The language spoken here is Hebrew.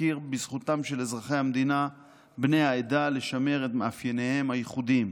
ותכיר בזכותם של אזרחי המדינה בני העדה לשמר את מאפייניהם הייחודיים.